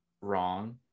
wrong